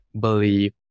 believe